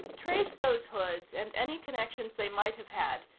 trace those hoods, and any connections they might have had.